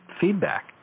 feedback